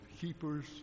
keepers